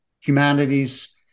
humanities